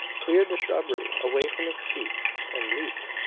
cleared the shrubbery away from his feet and leaped!